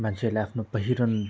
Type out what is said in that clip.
मान्छेहरूले आफ्नो पहिरन